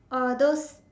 or those